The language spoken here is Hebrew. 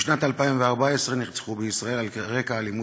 בשנת 2014 נרצחו בישראל על רקע אלימות